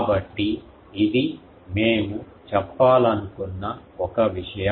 కాబట్టి ఇది మేము చెప్పాలనుకున్న ఒక విషయం